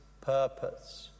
purpose